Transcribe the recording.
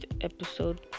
episode